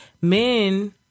men